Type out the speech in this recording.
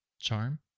Charm